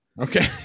okay